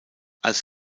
als